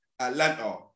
Atlanta